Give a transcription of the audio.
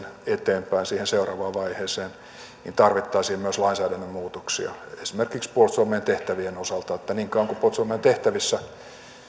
eteenpäin siihen seuraavaan vaiheeseen niin tarvittaisiin myös lainsäädännön muutoksia esimerkiksi puolustusvoimien tehtävien osalta niin kauan kuin puolustusvoimien tehtävissä